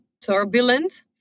turbulent